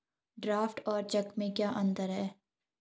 Draft और cheque में क्या अंतर है?